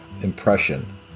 impression